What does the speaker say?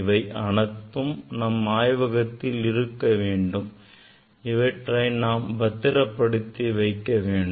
இவை அனைத்தும் நம் ஆய்வகத்தில் இருக்க வேண்டும் இவற்றை நாம் பத்திரப்படுத்தி வைக்க வேண்டும்